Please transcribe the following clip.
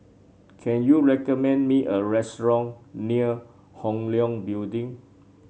can you recommend me a restaurant near Hong Leong Building